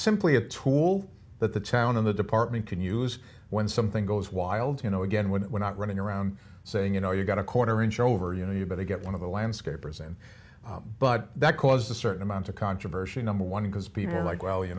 simply a tool that the town in the department can use when something goes wild you know again when we're not running around saying you know you got a quarter inch over you know you better get one of the landscapers in but that caused a certain amount of controversy number one because people are like well you